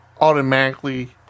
automatically